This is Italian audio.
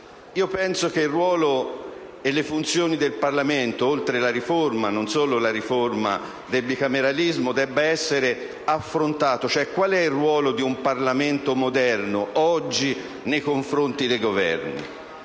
tema del ruolo e delle funzioni del Parlamento, oltre che nella riforma del bicameralismo, debba essere affrontato. Qual è il ruolo di un Parlamento moderno oggi nei confronti del Governo?